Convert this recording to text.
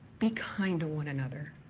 be kind to one another.